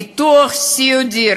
ביטוח סיעודי,